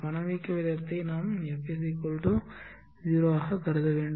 பணவீக்க வீதத்தை நாம் f 0 ஆகக் கருத வேண்டும்